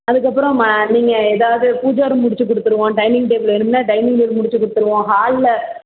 அதுக்கப்புறம் மா நீங்கள் எதாவது பூஜா ரூம் முடிச்சிக் கொடுத்துருவோம் டைனிங் டேபிள் வேணும்னா டைனிங் டேபிள் முடிச்சிக் கொடுத்துருவோம் ஹாலில்